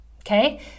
Okay